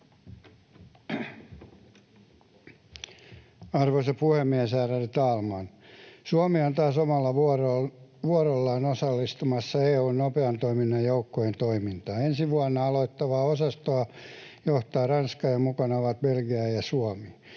Arvoisa puhemies, ärade talman! Suomi on taas omalla vuorollaan osallistumassa EU:n nopean toiminnan joukkojen toimintaan. Ensi vuonna aloittavaa osastoa johtaa Ranska, ja mukana ovat Belgia ja Suomi.